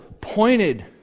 pointed